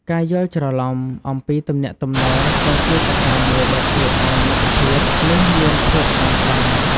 ការយល់ច្រឡំអំពីទំនាក់ទំនងក៏ជាកត្តាមួយដែលធ្វើឲ្យមិត្តភាពនេះមានភាពតានតឹង។